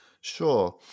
Sure